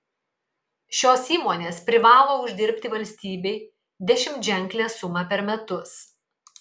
šios įmonės privalo uždirbti valstybei dešimtženklę sumą per metus